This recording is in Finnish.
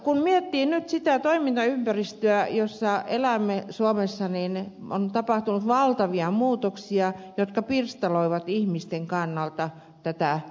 kun miettii nyt sitä toimintaympäristöä jossa elämme suomessa niin on tapahtunut valtavia muutoksia jotka pirstaloivat ihmisten kannalta tätä arkielämää